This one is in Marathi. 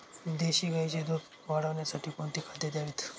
देशी गाईचे दूध वाढवण्यासाठी कोणती खाद्ये द्यावीत?